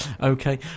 Okay